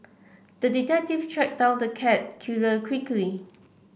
the detective tracked down the cat killer quickly